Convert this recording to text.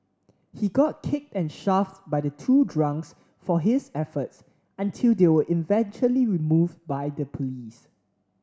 he got kicked and shoved by the two drunks for his efforts until they were eventually removed by the police